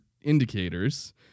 indicators